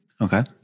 okay